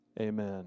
amen